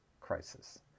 crisis